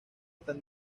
están